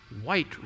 white